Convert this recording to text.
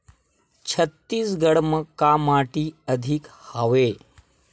छत्तीसगढ़ म का माटी अधिक हवे?